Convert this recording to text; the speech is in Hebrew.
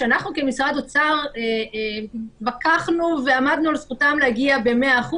שאנחנו כמשרד האוצר התווכחנו ועמדנו על זכותם להגיע ב-100%,